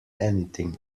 anything